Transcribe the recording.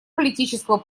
политического